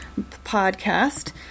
podcast